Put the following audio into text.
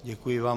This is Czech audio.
Děkuji vám.